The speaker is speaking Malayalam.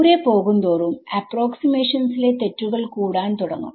ദൂരെ പോകുന്തോറും അപ്രോക്സിമേഷൻ സിലെ തെറ്റുകൾ കൂടാൻ തുടങ്ങും